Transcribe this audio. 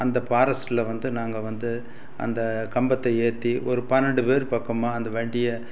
அந்த ஃபாரஸ்ட்டில் வந்து நாங்கள் வந்து அந்த கம்பத்தை ஏற்றி ஒரு பன்னெண்டு பேர் பக்கமாக அந்த வண்டியை